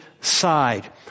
side